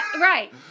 Right